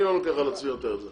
אני לא לוקח על עצמי יותר.